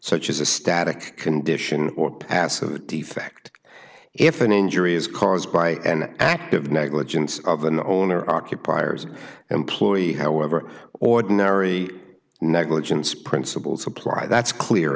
such as a static condition or passo defect if an injury is caused by an act of negligence of the owner occupiers an employee however ordinary negligence principles apply that's clear